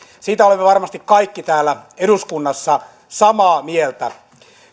siitä olemme varmasti kaikki täällä eduskunnassa samaa mieltä